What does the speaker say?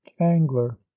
angler